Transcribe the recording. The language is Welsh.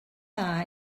dda